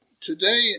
today